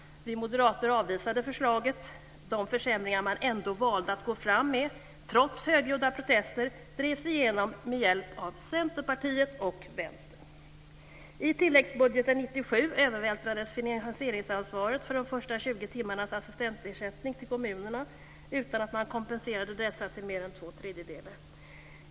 Vi moderater avvisade förslaget. De försämringar som man, trots högljudda protester, valde att gå fram med drevs igenom med hjälp av Centerpartiet och Vänstern. I tilläggsbudgeten 1997 övervältrades finansieringsansvaret för de första 20 timmarna assistansersättning på kommunerna utan att dessa kompenserades till mer än två tredjedelar.